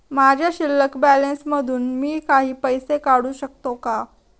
माझ्या शिल्लक बॅलन्स मधून मी काही पैसे काढू शकतो का?